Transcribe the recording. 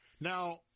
Now